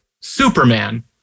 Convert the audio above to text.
Superman